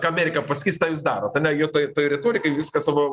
ką amerika pasakys tą jūs darot ane jo tai tai retorikai viską savo